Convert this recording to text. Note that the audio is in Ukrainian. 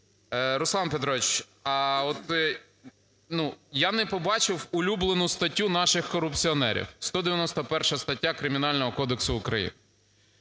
Руслан Петрович, а от… Ну, я не побачив улюблену статтю наших корупціонерів – 191 стаття Кримінального кодексу України.